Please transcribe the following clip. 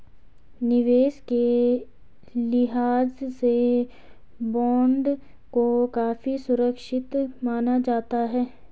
निवेश के लिहाज से बॉन्ड को काफी सुरक्षित माना जाता है